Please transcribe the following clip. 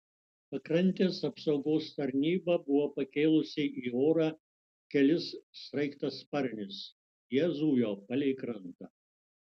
pakrantės apsaugos tarnyba buvo pakėlusi į orą kelis sraigtasparnius jie zujo palei krantą